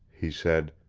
he said.